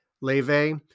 Leve